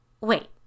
Wait